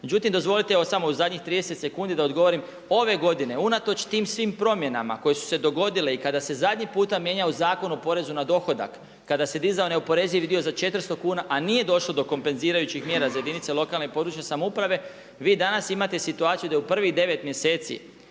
Međutim dozvolite samo u zadnjih 30 sekundi da odgovorim, ove godine unatoč svim tim promjenama koje su se dogodile i kada se zadnji puta mijenjao Zakon o porezu na dohodak, kada se dizao neoporezivi dio za 400 kuna, a nije došlo do kompenzirajućih mjera za jedinice lokalne (regionalne) i područne samouprave vi danas imate situaciju da u prvih devet mjeseci